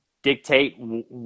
dictate